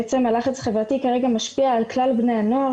בעצם הלחץ החברתי כרגע משפיע על כלל בני הנוער